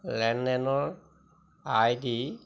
লেনদেনৰ I D